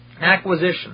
acquisition